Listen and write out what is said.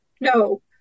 no